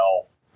health